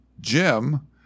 Jim